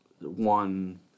one